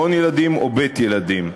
מעון-ילדים או בית-ילדים.